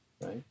right